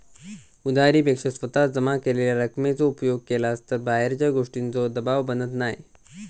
उधारी पेक्षा स्वतः जमा केलेल्या रकमेचो उपयोग केलास तर बाहेरच्या गोष्टींचों दबाव बनत नाय